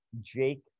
Jake